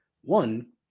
One